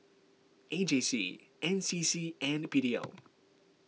A J C N C C and P D L